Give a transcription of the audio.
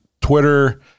Twitter